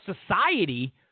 society